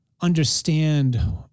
understand